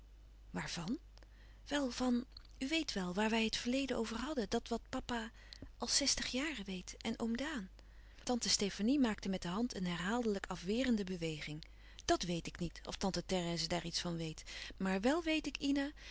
waarvan wel van u weet wel waar wij het verleden over hadden dat wat papa al zèstig jaren weet en oom daan tante stefanie maakte met de hand een herhaaldelijk afwerende beweging dat weet ik niet of tante therèse daar iets van weet maar wel weet ik ina